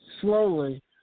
slowly